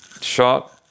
shot